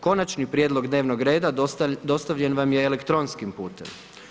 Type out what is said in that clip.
Konačni prijedlog dnevnog reda dostavljen vam je elektronskim putem.